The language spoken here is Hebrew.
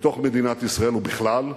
בתוך מדינת ישראל ובכלל.